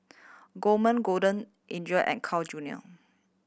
Gourmet Golden Eagle and Carl Junior